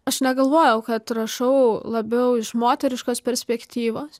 aš negalvojau kad rašau labiau iš moteriškos perspektyvos